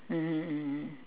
mmhmm mmhmm